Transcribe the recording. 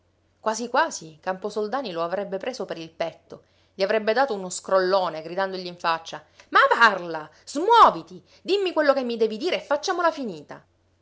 quasi quasi camposoldani lo avrebbe preso per il petto gli avrebbe dato uno scrollone gridandogli in faccia ma parla smuoviti dimmi quello che mi devi dire e facciamola finita